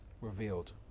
revealed